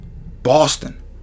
Boston